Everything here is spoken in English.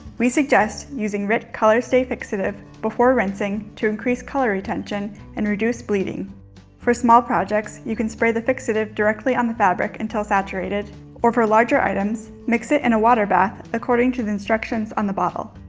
we suggest using rit colorstay fixative before rinsing to increase color retention and reduce bleeding for small projects you can spray the fixative directly on the fabric until saturated or for larger items mix it in a water bath according to the instructions on the bottle.